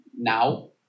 now